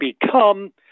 become